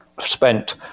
spent